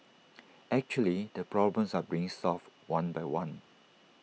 actually the problems are being resolved one by one